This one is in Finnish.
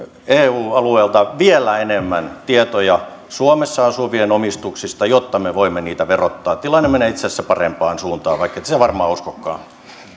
eu alueelta vielä enemmän tietoja suomessa asuvien omistuksista jotta me voimme niitä verottaa tilanne menee itse asiassa parempaan suuntaan vaikkette sitä varmaan uskokaan